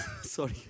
sorry